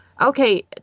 Okay